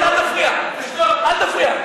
אתה מסית, שקט, אל תפריע.